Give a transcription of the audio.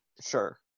sure